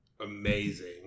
amazing